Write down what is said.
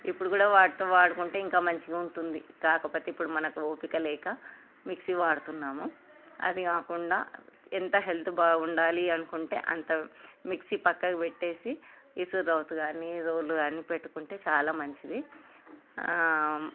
ఇప్పుడు కూడా వాడితే వాడుకుంటే ఇంకా మంచిగా ఉంటుంది కాకపోతే ఇప్పుడు మనకు ఓపిక లేక మిక్సీ వాడుతున్నాము అది కాకుండా ఎంత హెల్త్ బాగుండాలి అనుకుంటే అంత మిక్సీ పక్కకు పెట్టేసి ఇసుకతవ్వతో కాని రోలు కాని పెట్టుకుంటే చాలా మంచిది